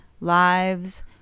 lives